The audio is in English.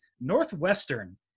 Northwestern